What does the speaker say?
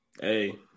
Hey